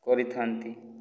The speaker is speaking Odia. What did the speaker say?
କରିଥାନ୍ତି